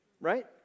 Right